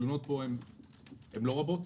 התלונות פה לא רבות,